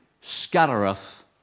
scattereth